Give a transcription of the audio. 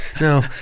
no